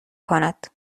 کند